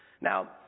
Now